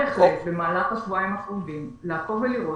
במהלך השבועיים הקרובים אפשר בהחלט לעקוב ולראות